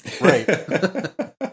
Right